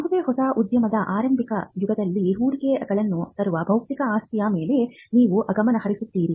ಯಾವುದೇ ಹೊಸ ಉದ್ಯಮದ ಆರಂಭಿಕ ಯುಗದಲ್ಲಿ ಹೂಡಿಕೆಗಳನ್ನು ತರುವ ಬೌದ್ಧಿಕ ಆಸ್ತಿಯ ಮೇಲೆ ನೀವು ಗಮನ ಹರಿಸುತ್ತೀರಿ